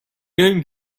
going